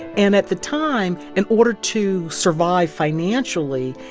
and at the time, in order to survive financially,